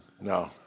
No